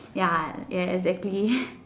ya ya exactly